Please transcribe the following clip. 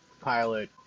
pilot